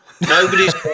Nobody's